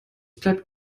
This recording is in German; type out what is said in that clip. bleibt